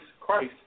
Christ